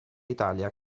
italia